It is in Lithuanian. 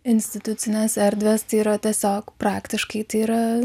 institucinės erdvės tai yra tiesiog praktiškai tai yra